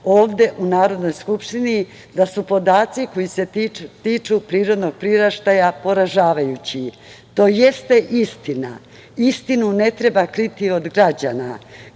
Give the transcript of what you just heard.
ovde u Narodnoj skupštini da su podaci koji se tiču prirodnog priraštaja poražavajući. To jeste istina, istinu ne treba kriti od građana.